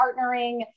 partnering